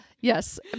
yes